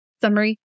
summary